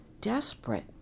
desperate